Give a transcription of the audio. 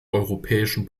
europäischen